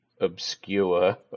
obscure